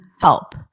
help